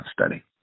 study